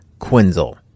Quinzel